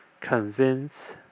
convince